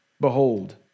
Behold